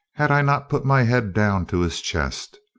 had i not put my head down to his chest.